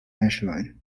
ashland